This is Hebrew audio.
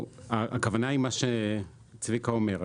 הכוונה היא מה שצביקה אומר: